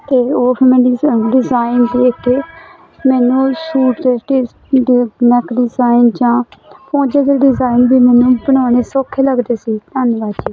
ਅਤੇ ਉਹ ਮੈਂ ਡਿਜਾ ਡਿਜਾਇਨ ਦੇਖ ਕੇ ਮੈਨੂੰ ਉਹ ਸੂਟ 'ਤੇ ਸਟਿਚ ਨੈਕ ਡਿਜਾਇਨ ਜਾਂ ਪੋਂਚੇ ਦੇ ਡਿਜਾਇਨ ਵੀ ਮੈਨੂੰ ਬਣਾਉਣੇ ਸੌਖੇ ਲੱਗਦੇ ਸੀ ਧੰਨਵਾਦ ਜੀ